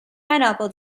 pineapple